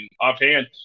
offhand